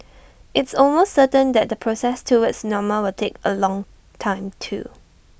it's almost certain that the process towards normal will take A long time too